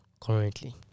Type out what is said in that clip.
currently